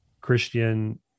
Christian